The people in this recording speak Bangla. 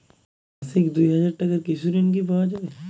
মাসিক দুই হাজার টাকার কিছু ঋণ কি পাওয়া যাবে?